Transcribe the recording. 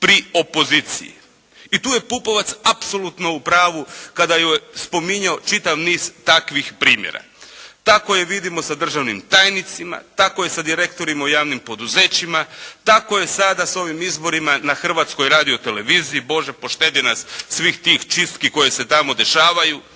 pri opoziciji i tu je Pupovac apsolutno u pravu kada je spominjao čitav niz takvih primjera. Tako je vidimo sa državnim tajnicima, tako je sa direktorima u javnim poduzećima, tako je sada sa ovim izborima na Hrvatskoj radio-televiziji. Bože, poštedi nas svih tih čistki koje se tamo dešavaju.